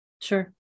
Sure